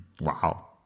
wow